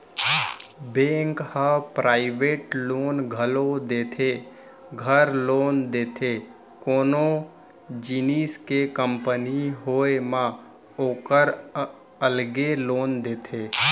bank ह private loan घलौ देथे, घर लोन देथे, कोनो जिनिस के कंपनी होय म ओकर अलगे लोन देथे